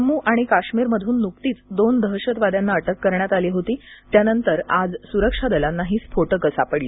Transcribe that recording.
जम्मू आणि काश्मीरमधून नुकतीच दोन दहशतवाद्यांना अटक करण्यात आली होती त्यानंतर आज सुरक्षा दलांना ही स्फोटकं सापडली